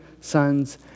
sons